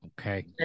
Okay